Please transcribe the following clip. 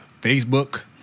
Facebook